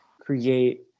create